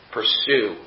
Pursue